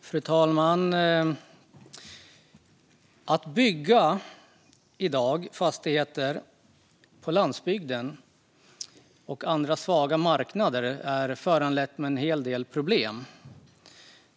Fru talman! Att i dag bygga fastigheter på landsbygden och andra svaga marknader är förenat med en hel del problem.